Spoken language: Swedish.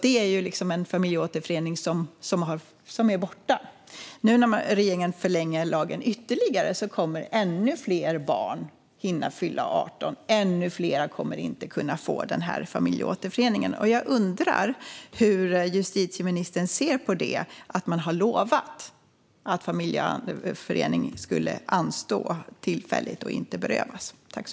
Det är ju en familjeåterförening som är borta. Nu när regeringen förlänger lagen ytterligare kommer ännu fler barn att hinna fylla 18. Ännu fler kommer inte att kunna få denna familjeåterförening. Jag undrar hur justitieministern ser på att man har lovat att familjeåterförening ska anstå tillfälligt och inte berövas.